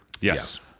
Yes